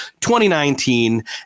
2019